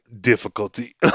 difficulty